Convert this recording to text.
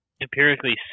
empirically